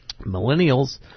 millennials